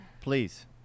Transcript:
please